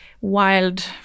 wild